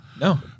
No